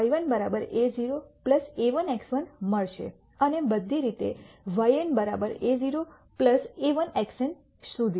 તેથી મને y1 a₀ a₁ x 1 મળશે અને બધી રીતે yn a₀ a₁ xn સુધી